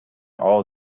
all